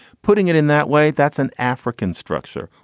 putting it in that way. that's an african structure.